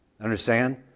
Understand